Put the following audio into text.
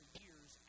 years